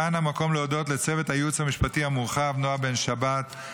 כאן המקום להודות לצוות הייעוץ המשפטי המורחב: נעה בן שבת,